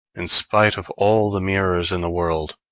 in spite of all the mirrors in the world,